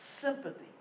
sympathy